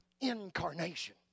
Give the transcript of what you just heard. incarnation